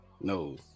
no